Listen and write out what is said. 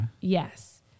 yes